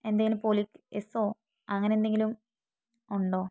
എന്തെങ്കിലും പോലീസ് കേസോ അങ്ങനെയെന്തെങ്കിലും ഉണ്ടോ